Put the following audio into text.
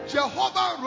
Jehovah